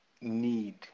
need